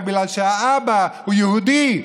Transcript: רק בגלל שהאבא הוא יהודי,